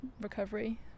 recovery